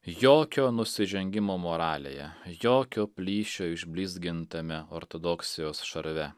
jokio nusižengimo moralėje jokio plyšio išblizgintame ortodoksijos šarve